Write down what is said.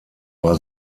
war